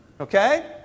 Okay